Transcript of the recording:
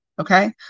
Okay